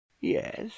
yes